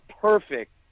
perfect